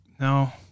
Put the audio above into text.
No